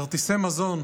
כרטיסי מזון,